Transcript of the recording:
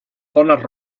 zonas